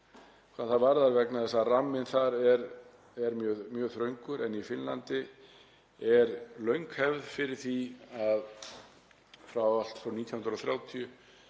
það upp á nýtt vegna þess að ramminn þar er mjög þröngur, en í Finnlandi er löng hefð fyrir því. Allt frá 1930